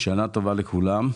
שנה טובה לכולם,